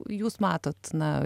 jūs matot na